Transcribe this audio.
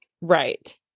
right